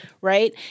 Right